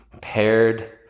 paired